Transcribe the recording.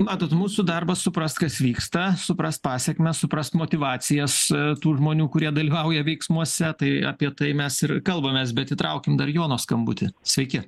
matot mūsų darbas suprast kas vyksta suprast pasekmes suprast motyvacijas tų žmonių kurie dalyvauja veiksmuose tai apie tai mes ir kalbamės bet įtraukim dar jono skambutį sveiki